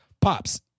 pops